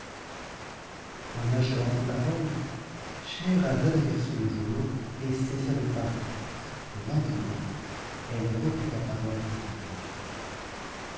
en achevant ces paroles scheherazade aperçut le jour et cessa de parler le lendemain elle reprit la parole de cette manière